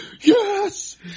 yes